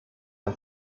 ein